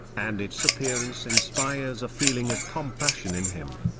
and its appearance inspires a feeling of compassion in him.